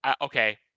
Okay